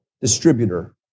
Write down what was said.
distributor